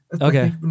okay